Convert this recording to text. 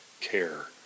care